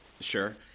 Sure